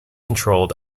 controlled